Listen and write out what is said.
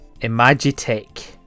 Imagitech